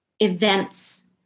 events